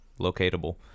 locatable